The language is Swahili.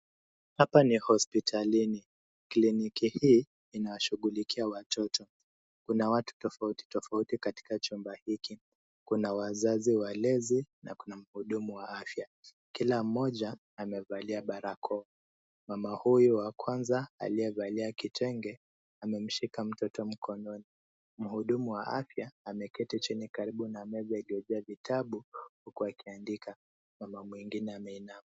Hapa ni hospitalini. Kliniki hii inawashughulikia watoto. Kuna watu tofauti tofauti katika chumba hiki. Kuna wazazi waeleze na kuna mhudumu wa afya. Kila mmoja amevalia barakoa. Mama huyu wa kwanza aliyevalia kitenge. Amemshika mtoto mkononi. Mhudumu wa afya ameketi chini karibu na meza iliyojaa vitabu huku akiandika. Mama mwingine ameinama.